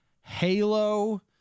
Halo